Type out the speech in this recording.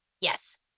Yes